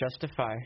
Justify